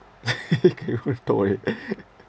can even talk about it